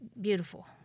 beautiful